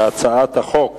להצעת החוק